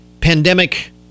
pandemic